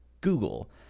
google